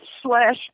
slash